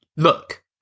Look